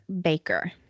Baker